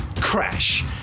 Crash